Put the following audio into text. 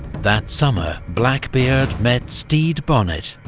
that summer, blackbeard met stede bonnet,